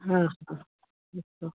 हा हा अस्तु